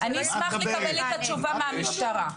אשמח לקבל את התשובה מהמשטרה.